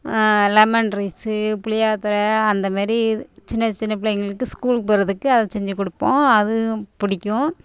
lemon rice புளியோதரை அந்த மாரி சின்ன சின்ன பிள்ளைங்களுக்கு ஸ்கூலுக்கு போவதுக்கு அதை செஞ்சு கொடுப்போம் அதுவும் பிடிக்கும்